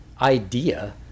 idea